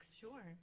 Sure